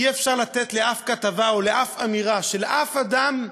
אי-אפשר לתת לאף כתבה או לאף אמירה של אף אדם,